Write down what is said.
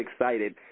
excited